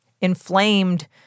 inflamed